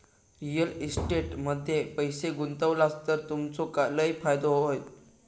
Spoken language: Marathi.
रिअल इस्टेट मध्ये पैशे गुंतवलास तर तुमचो लय फायदो होयत